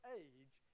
age